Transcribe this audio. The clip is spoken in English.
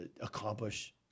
accomplish